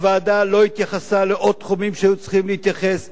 הוועדה לא התייחסה לעוד תחומים שהיו צריכים להתייחס אליהם,